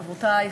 חברותי,